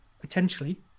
potentially